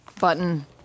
button